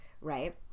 Right